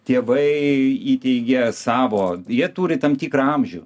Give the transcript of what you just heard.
tėvai įteigia savo jie turi tam tikrą amžių